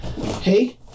Hey